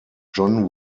john